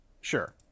Sure